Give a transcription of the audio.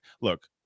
look